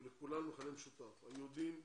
ולכולן מכנה משותף היהודים,